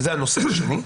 זה הנושא השני.